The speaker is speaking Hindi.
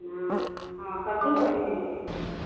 हाँ कद्दू का बिक्री कैसे है